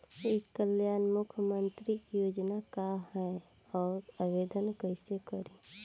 ई कल्याण मुख्यमंत्री योजना का है और आवेदन कईसे करी?